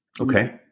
Okay